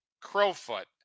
crowfoot